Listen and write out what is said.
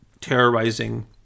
terrorizing